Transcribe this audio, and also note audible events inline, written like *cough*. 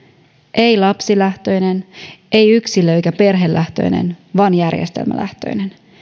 ei lapsilähtöinen *unintelligible* ei yksilö eikä perhelähtöinen vaan järjestelmälähtöinen